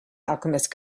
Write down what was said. alchemist